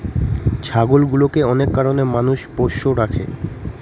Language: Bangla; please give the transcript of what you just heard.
ছাগলগুলোকে অনেক কারনে মানুষ পোষ্য রাখে